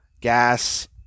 gas